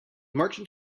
merchant